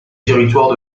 territoire